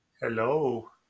Hello